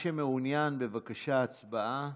מי שמעוניין, בבקשה, הצבעה.